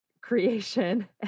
creation